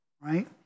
right